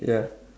ya